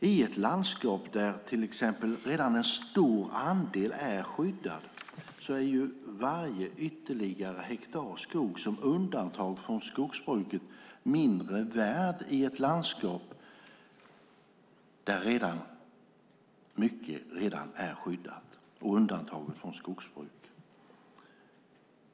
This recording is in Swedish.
I ett landskap där redan en stor andel är skyddad är varje ytterligare hektar skog som undantas från skogsbruket mindre värd än i ett landskap där mindre är skyddat och undantaget från skogsbruk.